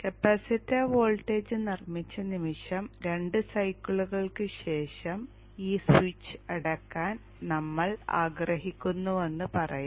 capacitor voltage നിർമ്മിച്ച നിമിഷം 2 സൈക്കിളുകൾക്ക് ശേഷം ഈ സ്വിച്ച് അടയ്ക്കാൻ നമ്മൾ ആഗ്രഹിക്കുന്നുവെന്ന് പറയാം